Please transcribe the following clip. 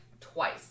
twice